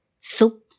Soup